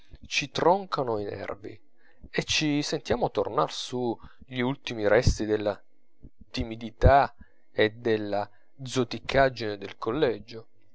ci troncano i nervi e ci sentiamo tornar su gli ultimi resti della timidità e della zoticaggine del collegio